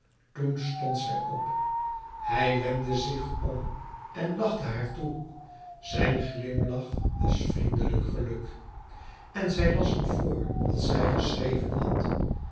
toen stond zij op hij wendde zich om en lachtte haar toe zijn glimlach van vriendelijk geluk en zij las hem voor wat hij geschreven had